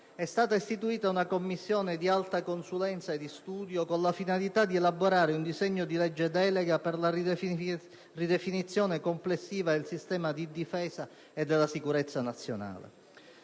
è stata istituita una Commissione di alta consulenza e studio con la finalità di elaborare un disegno di legge delega per la ridefinizione complessiva del sistema di difesa e di sicurezza nazionale.